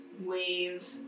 wave